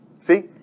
See